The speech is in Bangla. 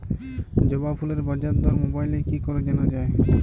জবা ফুলের বাজার দর মোবাইলে কি করে জানা যায়?